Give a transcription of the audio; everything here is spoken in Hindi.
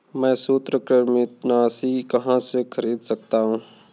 मैं सूत्रकृमिनाशी कहाँ से खरीद सकता हूँ?